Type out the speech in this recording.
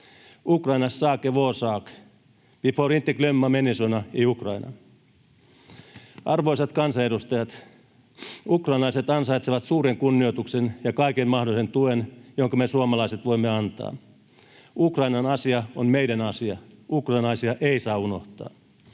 Ukrainas sak är vår sak. Vi får inte glömma människorna i Ukraina. Arvoisat kansanedustajat! Ukrainalaiset ansaitsevat suuren kunnioituksen ja kaiken mahdollisen tuen, jonka me suomalaiset voimme antaa. Ukrainan asia on meidän asia, ukrainalaisia ei saa unohtaa.